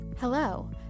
Hello